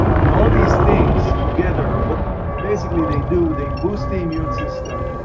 and all these things together, what basically they do, they boost the immune system.